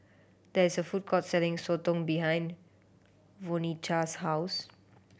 there is a food court selling sotong behind Vonetta's house